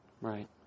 Right